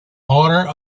order